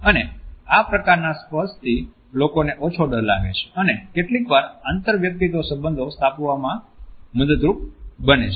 અને આ પ્રકારના સ્પર્શથી લોકોને ઓછો ડર લાગે છે અને કેટલીકવાર આંતરવ્યક્તિત્વ સંબંધો સ્થાપવામાં મદદરૂપ બને છે